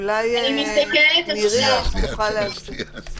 אולי נירית תוכל להסביר.